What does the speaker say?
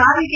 ಸಾರಿಗೆ